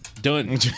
Done